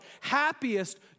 happiest